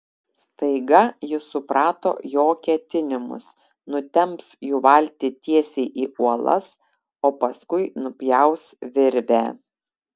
staiga ji suprato jo ketinimus nutemps jų valtį tiesiai į uolas o paskui nupjaus virvę